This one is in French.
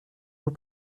vous